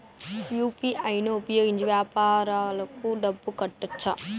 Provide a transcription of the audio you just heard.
UPI ను ఉపయోగించి వ్యాపారాలకు డబ్బులు కట్టొచ్చా?